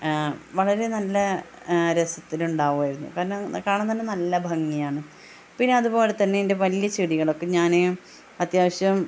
വളരെ നല്ല രസത്തിൽ ഉണ്ടാവുമായിരുന്നു കാരണം കാണാൻ തന്നെ നല്ല ഭംഗിയാണ് പിന്നെ അതുപോലെത്തന്നെ എൻ്റെ വലിയ ചെടികളൊക്കെ ഞാൻ അത്യാവശ്യം